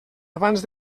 abans